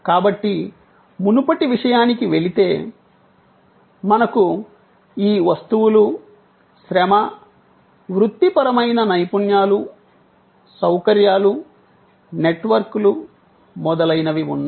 కాబట్టి మునుపటి విషయానికి వెళితే మనకు ఈ వస్తువులు శ్రమ వృత్తిపరమైన నైపుణ్యాలు సౌకర్యాలు నెట్వర్క్లు మొదలైనవి ఉన్నాయి